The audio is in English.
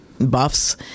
buffs